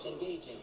engaging